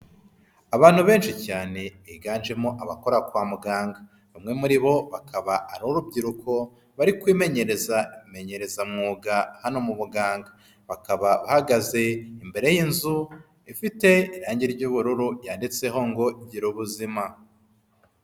Abantu benshi cyane biganjemo abakora kwa muganga, bamwe muri bo bakaba ari urubyiruko bari kwimenyereza imenyerezamwuga hano mu buganga, bakaba bahagaze imbere y'inzu ifite irange ry'ubururu yanditseho ngo gira ubuzima.